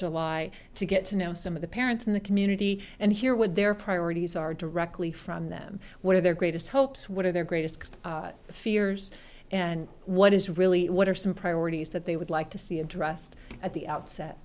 july to get to know some of the parents in the community and hear what their priorities are directly from them what are their greatest hopes what are their greatest fears and what is really what are some priorities that they would like to see addressed at the outset